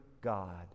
God